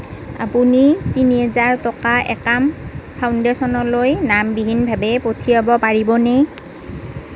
আপুনি তিনি হাজাৰ টকা একাম ফাউণ্ডেশ্যনলৈ নামবিহীনভাৱে পঠিয়াব পাৰিবনে